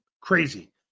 Crazy